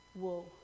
Whoa